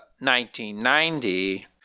1990